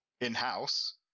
in-house